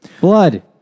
Blood